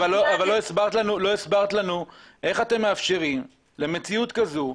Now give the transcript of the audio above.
אבל לא הסברת לנו איך אתם מאפשרים למציאות כזו,